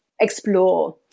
explore